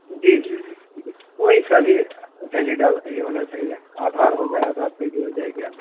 جی جی جی کوئی سا بھی ویلڈ یہ ہونا چاہیے آدھار ہو جائے آدھار پہ بھی ہو جائے گی آپ کی